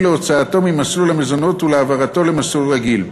להוצאתו ממסלול המזונות ולהעברתו למסלול רגיל.